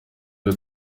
byo